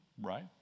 right